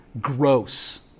gross